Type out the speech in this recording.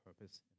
purpose